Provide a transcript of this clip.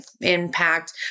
impact